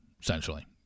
essentially